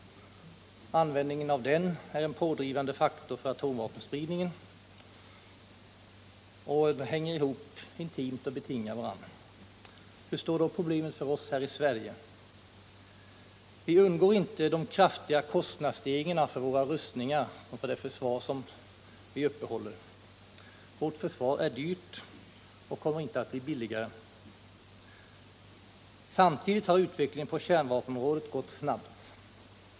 Användningen av denna är en pådrivande faktor för atomvapenspridningen. De hänger intimt samman och betingar varandra. Hur står då problemet för oss här i Sverige? Vi undgår inte de kraftiga kostnadsstegringarna för våra rustningar och för det försvar som vi upprätthåller. Vårt försvar är dyrt och kommer inte att bli billigare. Samtidigt har utvecklingen på kärnvapenområdet gått snabbt.